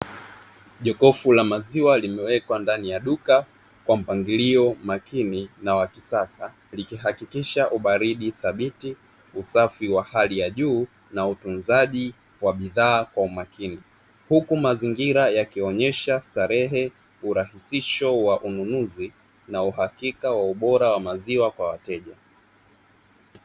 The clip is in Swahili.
Jokofu la maziwa limewekwa ndani ya duka kwa mpangilio makini na wa kisasa likihakikisha ubaridi thabiti, usafi wa hali ya juu na utunzaji wa bidhaa kwa umakini, huku mazingira yakionesha starehe urahisisho wa ununuzi na uhakika wa ubora wa maziwa kwa wateja.